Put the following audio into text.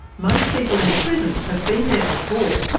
most people in prison have been there before.